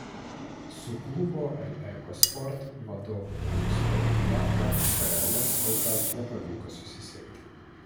su klubo el eko sport vadovu bronislovu pliavga bns kol kas nepavyko susisiekti